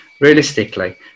Realistically